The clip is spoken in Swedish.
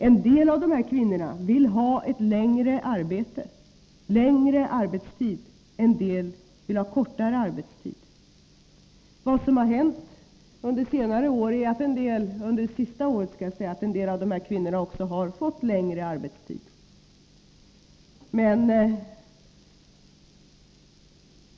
En del av dessa kvinnor vill ha längre arbetstid, en del vill ha kortare arbetstid. Vad som har hänt under det senaste året är att en del av dem också har fått längre arbetstid.